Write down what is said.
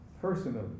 personally